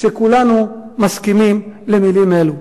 שכולנו מסכימים למלים אלו.